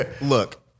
look